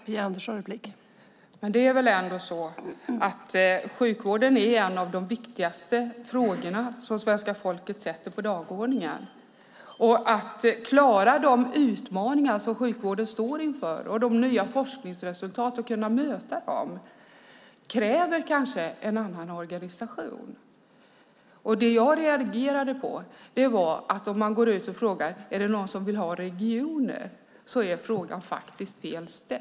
Fru talman! Det är väl ändå så att sjukvården är en av de viktigaste frågorna som svenska folket sätter på dagordningen? Att klara de utmaningar som sjukvården står inför och att kunna möta de nya forskningsresultaten kräver kanske en annan organisation. Om man går ut och frågar om det är någon som vill ha regioner är frågan faktiskt fel ställd.